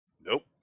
nope